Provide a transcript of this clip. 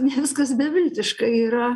ne viskas beviltiška yra